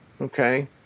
okay